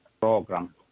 program